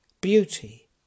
beauty